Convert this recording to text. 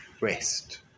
rest